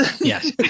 yes